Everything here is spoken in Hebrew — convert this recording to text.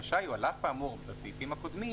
רשאי הוא על אף האמור בסעיפים הקודמים